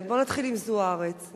בוא נתחיל עם זוארץ.